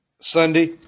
Sunday